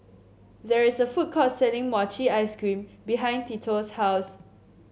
there is a food court selling Mochi Ice Cream behind Tito's house